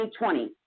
2020